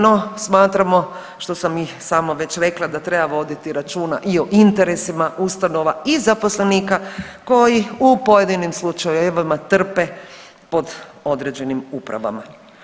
No, smatramo što sam i sama već rekla da treba voditi računa i o interesima ustanova i zaposlenika koji u pojedinim slučajevima trpe pod određenim upravama.